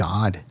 God